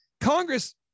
Congress